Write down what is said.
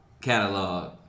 catalog